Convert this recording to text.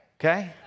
Okay